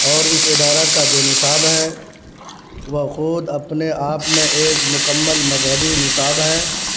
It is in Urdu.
اور اس ادارہ کا جو نصاب ہے وہ خود اپنے آپ میں ایک مکمل مذہبی نصاب ہے